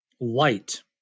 light